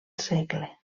segle